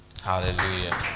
Hallelujah